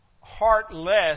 heartless